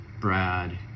Brad